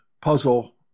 puzzle